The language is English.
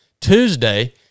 Tuesday